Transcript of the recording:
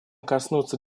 коснуться